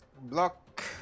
block